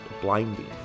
blinding